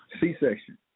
C-section